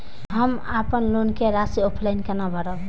हम अपन लोन के राशि ऑफलाइन केना भरब?